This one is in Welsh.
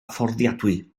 fforddiadwy